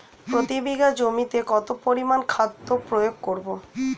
প্রতি বিঘা জমিতে কত পরিমান খাদ্য প্রয়োগ করব?